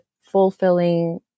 fulfilling